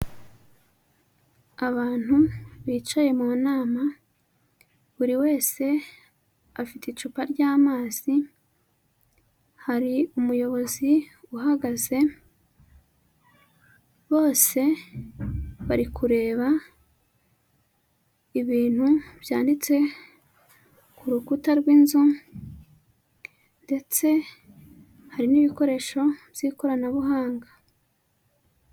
Abantu bicaye mu nama, buri wese afite icupa ry'amazi, hari umuyobozi uhagaze, bose bari kureba ibintu byanditse ku rukuta rw'inzu, ndetse hari n'ibikoresho by'ikoranabuhanga.